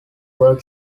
work